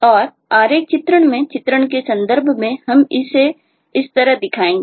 और आरेख चित्रण मे चित्रण के संदर्भ में हम इसे इस तरह दिखाएंगे